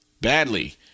badly